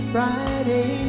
Friday